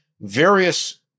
various